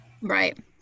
Right